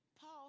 Paul